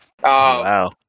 Wow